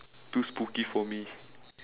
too spooky for me